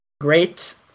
great